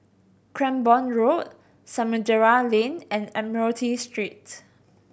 Cranborne Road Samudera Lane and Admiralty Street